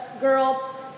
girl